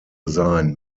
sein